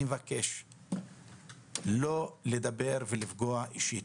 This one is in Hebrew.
אני מבקש לא לפגוע אישית.